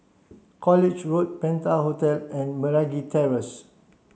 College Road Penta Hotel and Meragi Terrace